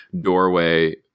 doorway